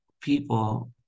people